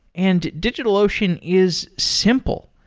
and digitalocean is simple.